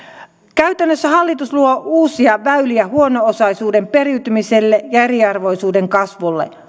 käytännössä hallitus luo uusia väyliä huono osaisuuden periytymiselle ja eriarvoisuuden kasvulle